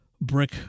brick